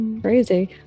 crazy